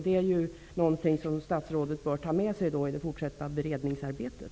Det är någonting som statsrådet bör ta med sig i det fortsatta beredningsarbetet.